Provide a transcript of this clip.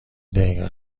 دقیقه